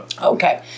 Okay